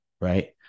right